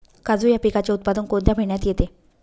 काजू या पिकाचे उत्पादन कोणत्या महिन्यात येते?